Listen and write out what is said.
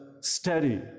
Steady